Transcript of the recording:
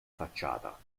facciata